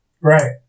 Right